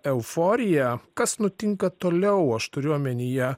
euforija kas nutinka toliau aš turiu omenyje